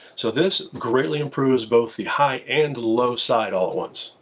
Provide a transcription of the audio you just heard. so, this greatly improves both the high and low side all at once.